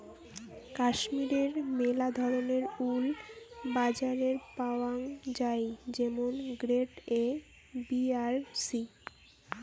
কাশ্মীরের মেলা ধরণের উল বাজারে পাওয়াঙ যাই যেমন গ্রেড এ, বি আর সি